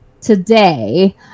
today